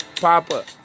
Papa